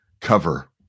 cover